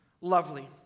lovely